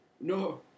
No